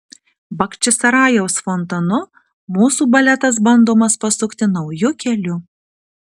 bachčisarajaus fontanu mūsų baletas bandomas pasukti nauju keliu